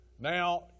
Now